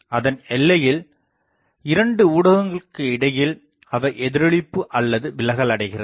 அதன் எல்லையில் இரண்டு ஊடகங்களுக்கு இடையில் அவை எதிரொளிப்பு அல்லது விலகல்அடைகிறது